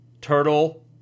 Turtle